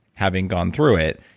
having gone through it,